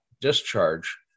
discharge